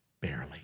Barely